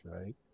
Right